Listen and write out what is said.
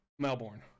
melbourne